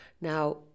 Now